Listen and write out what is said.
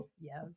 yes